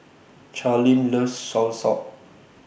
Charleen loves Soursop